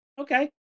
Okay